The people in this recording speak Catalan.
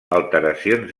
alteracions